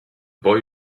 boy